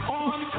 on